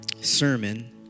sermon